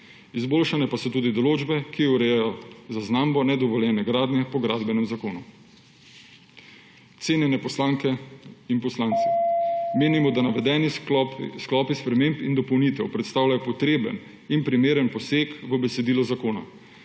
Izboljšane pa so tudi določbe, ki urejajo zaznambo nedovoljene gradnje po Gradbenem zakonu. Cenjene poslanke in poslanci, menimo, da navedeni sklopi sprememb in dopolnitev predstavljajo potreben in primeren poseg v besedilo zakona.